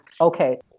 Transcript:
Okay